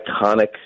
iconic